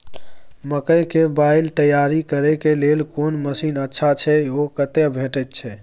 मकई के बाईल तैयारी करे के लेल कोन मसीन अच्छा छै ओ कतय भेटय छै